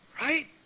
right